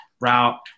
Route